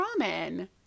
ramen